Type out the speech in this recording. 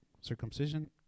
circumcision